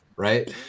Right